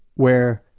where